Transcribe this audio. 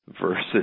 versus